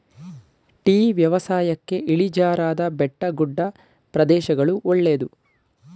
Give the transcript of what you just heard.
tea ವ್ಯವಸಾಯಕ್ಕೆ ಇಳಿಜಾರಾದ ಬೆಟ್ಟಗುಡ್ಡ ಪ್ರದೇಶಗಳು ಒಳ್ಳೆದು